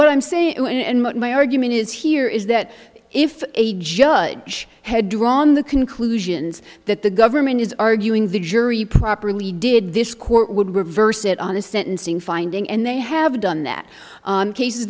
what i'm saying and what my argument is here is that if a judge had drawn the conclusions that the government is arguing the jury properly did this court would reverse it on the sentencing finding and they have done that on cases